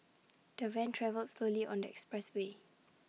the van travelled slowly on the expressway